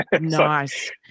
Nice